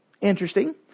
Interesting